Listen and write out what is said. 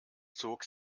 zog